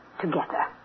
together